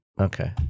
Okay